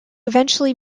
eventually